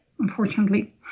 unfortunately